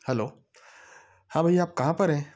hello हाँ भइया आप कहाँ पर हैं